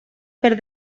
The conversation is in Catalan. per